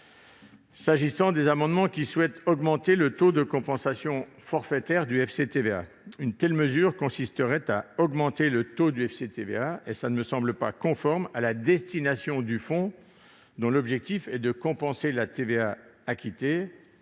J'en viens aux amendements qui tendent à augmenter le taux de compensation forfaitaire du FCTVA. Une telle mesure consisterait à augmenter le taux de ce fonds, ce qui ne me semble pas conforme à sa destination, puisque son objectif est de compenser la TVA acquittée,